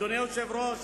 אדוני היושב-ראש,